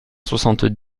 soixante